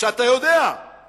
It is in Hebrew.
כשאתה יודע בפנים,